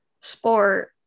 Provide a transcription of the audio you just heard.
sport